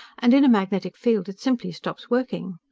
and in a magnetic field it simply stops working.